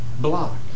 block